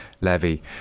levy